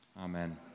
Amen